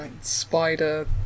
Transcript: spider